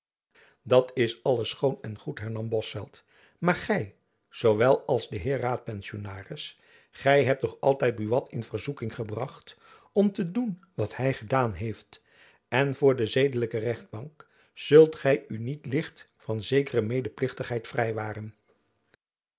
dat is alles schoon en goed hernam bosveldt maar gy zoowel als de heer raadpensionaris gy hebt toch altijd buat in verzoeking gebracht om te doen wat hy gedaan heeft en voor de zedelijke rechtbank zult gy u niet licht van zekere medeplichtigheid vrijwaren